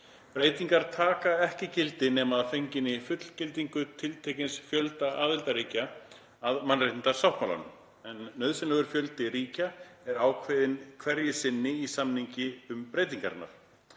Breytingar taka ekki gildi nema að fenginni fullgildingu tiltekins fjölda aðildarríkja að mannréttindasáttmálanum, en nauðsynlegur fjöldi ríkja er ákveðinn hverju sinni í samningi um breytingarnar.